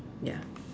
ya